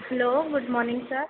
hello good morning sir